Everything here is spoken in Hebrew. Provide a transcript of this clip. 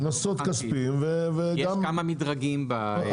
יש כמה מדרגים בחוק.